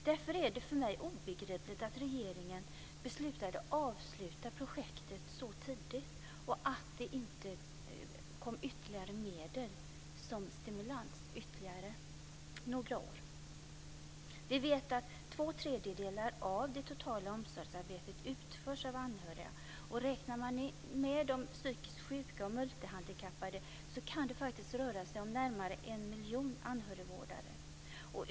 Därför är det för mig obegripligt att regeringen beslutade avsluta projektet så tidigt och inte tillförde medel som ytterligare stimulans några år. Vi vet att två tredjedelar av det totala omsorgsarbetet utförs av anhöriga. Om vi räknar in de psykiskt sjuka och multihandikappade kan det röra sig om närmare en miljon anhörigvårdare.